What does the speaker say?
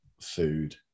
food